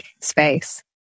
space